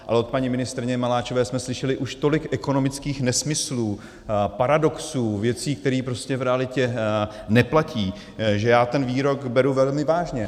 Ale od paní ministryně Maláčové jsme slyšeli už tolik ekonomických nesmyslů, paradoxů, věcí, které prostě v realitě neplatí, že já ten výrok beru velmi vážně.